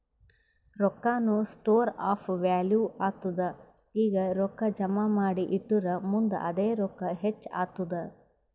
ರೊಕ್ಕಾನು store of value ಆತ್ತುದ್ ಈಗ ರೊಕ್ಕಾ ಜಮಾ ಮಾಡಿ ಇಟ್ಟುರ್ ಮುಂದ್ ಅದೇ ರೊಕ್ಕಾ ಹೆಚ್ಚ್ ಆತ್ತುದ್